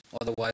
Otherwise